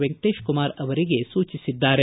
ವೆಂಕಟೇಶ ಕುಮಾರ್ ಅವರಿಗೆ ಸೂಚಿಸಿದ್ದಾರೆ